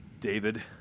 David